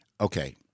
Okay